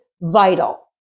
vital